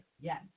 Yes